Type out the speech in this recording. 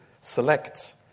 select